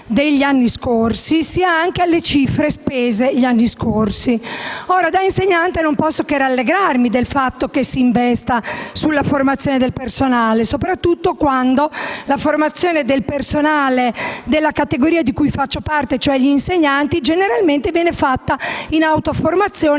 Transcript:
scorsi, sia alle cifre spese gli anni scorsi. Da insegnante, non posso che rallegrarmi per il fatto che si investa sulla formazione del personale, soprattutto quando la formazione del personale della categoria di cui faccio parte, gli insegnanti, generalmente viene fatta in autoformazione